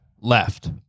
left